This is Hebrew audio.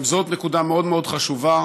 גם זאת נקודה מאוד מאוד חשובה.